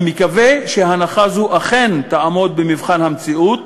אני מקווה שהנחה זו אכן תעמוד במבחן המציאות,